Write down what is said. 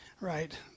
right